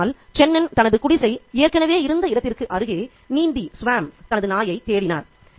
ஒரு நாள் சென்னன் தனது குடிசை ஏற்கனவே இருந்த இடத்திற்கு அருகே நீந்தி தனது நாயைத் தேடினார்